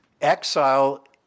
Exile